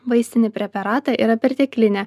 vaistinį preparatą yra perteklinė